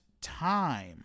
time